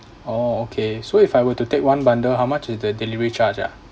orh okay so if I were to take one bundle how much is the delivery charge ah